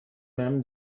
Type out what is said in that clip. même